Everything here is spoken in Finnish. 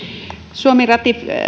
suomi ratifioi